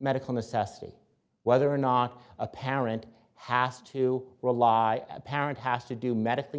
medical necessity whether or not a parent has to rely a parent has to do medically